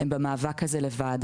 הן במאבק הזה לבד.